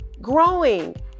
growing